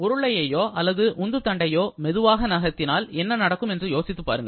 உருளையையோ அல்லது உந்துதண்டையோ மெதுவாக நகர்த்தினால் என்ன நடக்கும் என்று யோசித்துப் பாருங்கள்